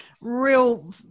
real